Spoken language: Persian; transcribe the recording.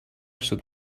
سود